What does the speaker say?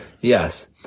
Yes